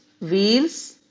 wheels